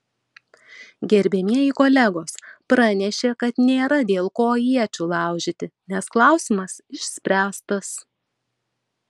gerbiamieji kolegos pranešė kad nėra dėl ko iečių laužyti nes klausimas išspręstas